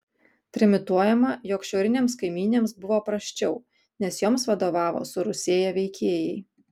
trimituojama jog šiaurinėms kaimynėms buvo prasčiau nes joms vadovavo surusėję veikėjai